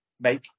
make